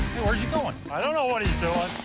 you know and i don't know what he's doing.